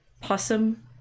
Possum